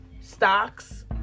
stocks